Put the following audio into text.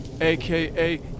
aka